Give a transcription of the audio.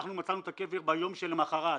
מצאנו את הקבר ביום שלמחרת.